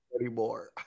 anymore